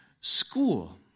school